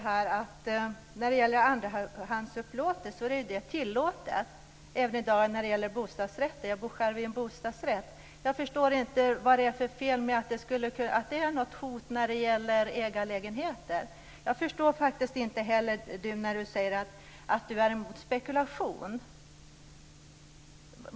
Fru talman! Andrahandsupplåtelse är ju i dag tilllåtet när det gäller bostadsrätter. Själv bor jag i en bostadsrätt. Jag förstår inte hotet i detta med ägarlägenheter. Jag förstår inte heller Sten Lundström när han säger att han är emot spekulation.